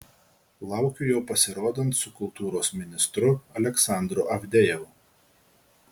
laukiu jo pasirodant su kultūros ministru aleksandru avdejevu